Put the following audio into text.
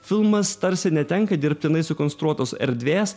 filmas tarsi netenka dirbtinai sukonstruotos erdvės